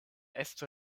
estro